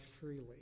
freely